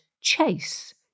chase